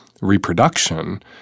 reproduction